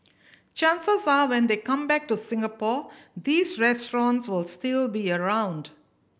chances are when they come back to Singapore these restaurants will still be around